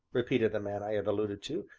repeated the man i have alluded to,